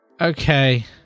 Okay